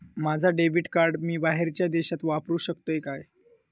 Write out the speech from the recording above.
माझा debit card मी बाहेरच्या देशात वापरू शकतय काय?